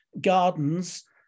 Gardens